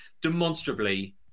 demonstrably